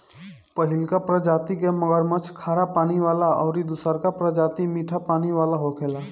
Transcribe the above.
पहिलका प्रजाति के मगरमच्छ खारा पानी वाला अउरी दुसरका प्रजाति मीठा पानी वाला होखेला